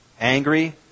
Angry